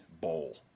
bowl